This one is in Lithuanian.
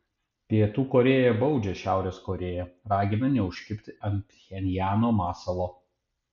pietų korėja baudžia šiaurės korėją ragina neužkibti ant pchenjano masalo